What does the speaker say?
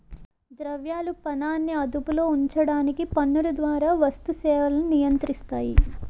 ద్రవ్యాలు పనాన్ని అదుపులో ఉంచడానికి పన్నుల ద్వారా వస్తు సేవలను నియంత్రిస్తాయి